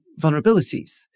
vulnerabilities